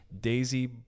daisy